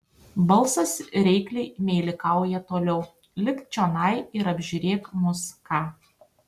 balsas reikliai meilikauja toliau lipk čionai ir apžiūrėk mus ką